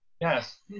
Yes